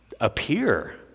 appear